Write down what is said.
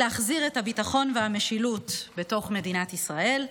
להחזיר את הביטחון והמשילות בתוך מדינת ישראל.